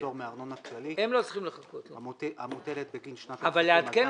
לפטור מארנונה כללית המוטלת בגין שנת 2019 ואילך.